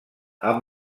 amb